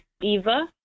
Eva